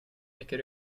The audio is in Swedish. mycket